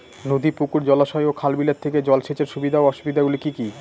নদী পুকুর জলাশয় ও খাল বিলের থেকে জল সেচের সুবিধা ও অসুবিধা গুলি কি কি?